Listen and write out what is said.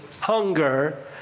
hunger